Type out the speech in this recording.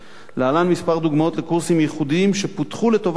להלן כמה דוגמאות לקורסים ייחודיים שפותחו לטובת לימודי